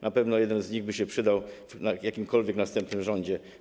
Na pewno jeden z nich by się przydał w jakimkolwiek następnym rządzie.